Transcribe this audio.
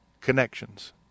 connections